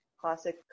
classic